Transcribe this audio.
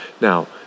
Now